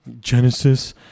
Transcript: Genesis